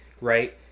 right